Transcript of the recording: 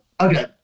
Okay